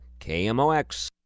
KMOX